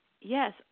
Yes